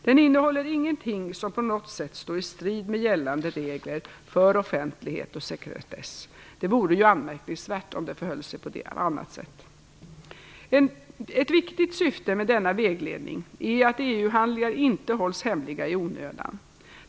Den innehåller ingenting som på något sätt står i strid med gällande regler för offentlighet och sekretess. Det vore ju anmärkningsvärt om det förhöll sig på annat sätt. Ett viktigt syfte med denna vägledning är att EU handlingar inte hålls hemliga i onödan.